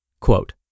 Quote